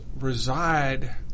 reside